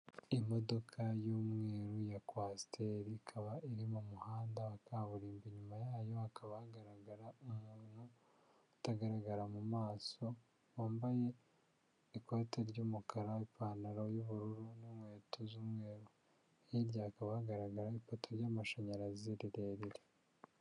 Imodoka y'umweru ya Kwasiteri ikaba iri mu muhanda wa kaburimbo, inyuma yayo hakaba hagaragara umuntu utagaragara mu maso wambaye ikote ry'umukara, ipantaro y'ubururu n'inkweto z'umweru, hirya hakaba hagaragara ipato ry'amashanyarazi rirerire.